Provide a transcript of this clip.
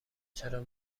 چرا